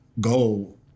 goal